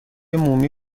مومی